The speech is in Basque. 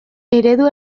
eredu